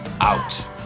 out